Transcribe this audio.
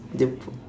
japan